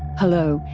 hello,